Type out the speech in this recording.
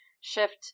shift